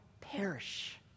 perish